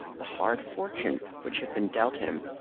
the hard fortune which had been dealt him,